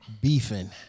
beefing